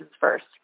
first